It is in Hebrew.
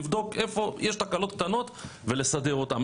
לבדוק איפה יש תקלות קטנות ולסדר אותם,